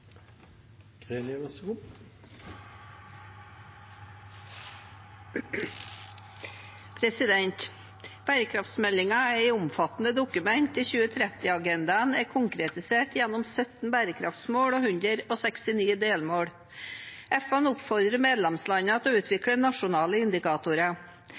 konkretisert gjennom 17 bærekraftsmål og 169 delmål. FN oppfordrer medlemslandene til å utvikle nasjonale indikatorer.